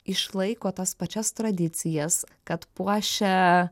išlaiko tas pačias tradicijas kad puošia